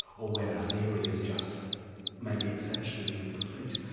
or when our theory is just maybe essentially incomplete.